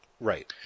Right